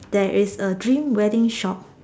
there is a dream wedding shop